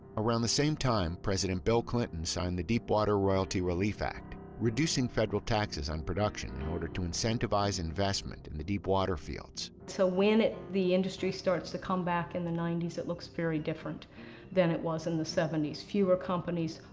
around the same time, president bill clinton signed the deepwater royalty relief act, reducing federal taxes on production in order to incentivize investment in the deepwater fields. so, when the industry starts to come back in the nineties, it looks very different than it was in the seventies. fewer companies,